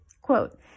quote